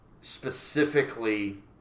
specifically